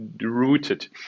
rooted